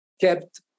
kept